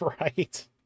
Right